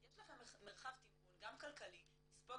יש לכם מרחב תמרון גם כלכלי לספוג את